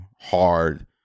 hard